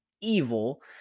evil